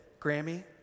Grammy